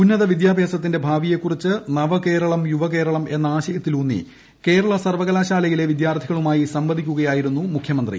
ഉന്നത വിദ്യാഭ്യാസത്തിന്റെ ഭാവിയെക്കുറിച്ച് നവകേരളം യുവകേരളം എന്ന ആശയത്തിലൂന്നി കേരള സർവകലാശാലയിലെ വിദ്യാർത്ഥികളുമായി സംവദിക്കുകയായിരുന്നു മുഖ്യമന്ത്രി